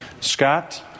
Scott